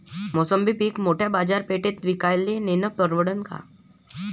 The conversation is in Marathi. मोसंबी पीक मोठ्या बाजारपेठेत विकाले नेनं परवडन का?